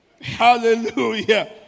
Hallelujah